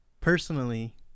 personally